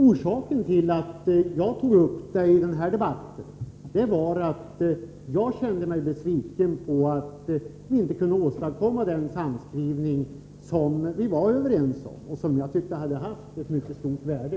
Orsaken till att jag tog upp detta i den här debatten var att jag kände mig besviken på att vi inte kunde åstadkomma den samskrivning som vi var överens om och som jag tycker skulle haft mycket stort värde.